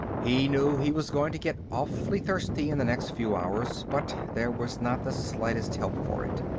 he knew he was going to get awfully thirsty in the next few hours, but there was not the slightest help for it.